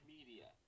Media